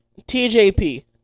TJP